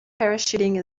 parachuting